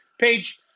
page